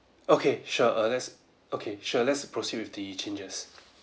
okay sure err let's okay sure let's proceed with the changes